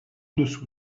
dessous